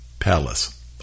Palace